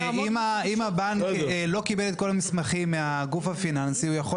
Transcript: ואם הבנק לא קיבל את כל המסמכים מהגוף הפיננסי הוא יכול